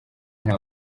nta